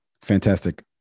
fantastic